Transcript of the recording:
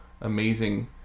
amazing